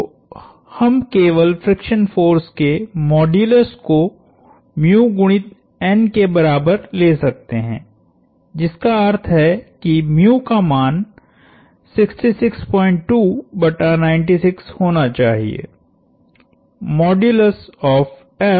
तो हम केवल फ्रिक्शन फोर्स के मॉड्युलस कोगुणित N के बराबर ले सकते हैं जिसका अर्थ है किका मान 662 बटा 96 होना चाहिए